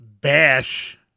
Bash